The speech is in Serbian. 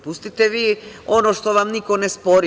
Pustite vi ono što vam niko ne spori.